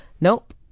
nope